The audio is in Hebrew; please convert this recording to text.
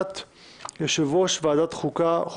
בקשת יושב-ראש הכנסת לשינוי שעת ישיבת הכנסת ביום שלישי,